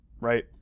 right